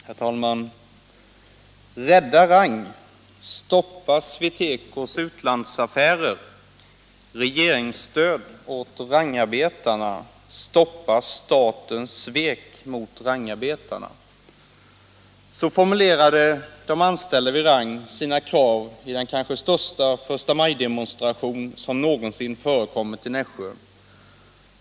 Herr talman! Rädda Rang! Stoppa SweTecos utlandsaffärer! Regeringsstöd åt Rangarbetarna! Stoppa statens svek mot Rangarbetarna! Så formulerade de anställda vid Rang sina krav i kanske den största förstamajdemonstration som någonsin förekommit i Nässjö.